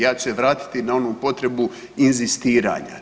Ja ću se vratiti na onu potrebu inzistiranja.